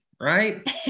right